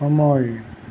সময়